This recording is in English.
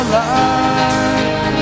life